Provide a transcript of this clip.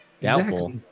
doubtful